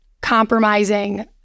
compromising